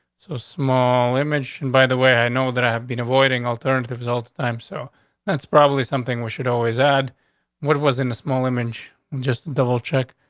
so small image. and by the way, i know that i have been avoiding alternative result time. so that's probably something we should always add what was in a small image, just double check.